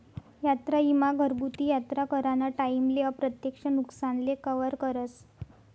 यात्रा ईमा घरगुती यात्रा कराना टाईमले अप्रत्यक्ष नुकसानले कवर करस